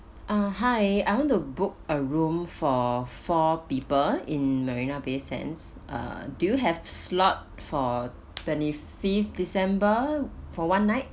uh hi I want to book a room for four people in marina bay sands uh do you have slot for twenty fifth december for one night